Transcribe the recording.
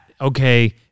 okay